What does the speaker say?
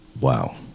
Wow